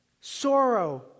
sorrow